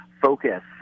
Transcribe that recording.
focus